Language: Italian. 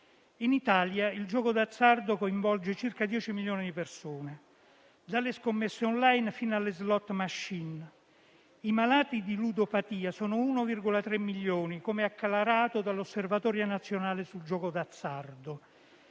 In Italia il gioco d'azzardo coinvolge circa 10 milioni di persone: dalle scommesse *online* fino alle *slot machine*. I malati di ludopatia sono 1,3 milioni, come acclarato dall'osservatorio nazionale sul contrasto